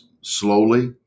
slowly